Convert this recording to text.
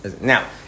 Now